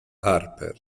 harper